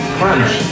crunch